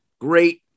Great